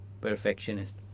perfectionist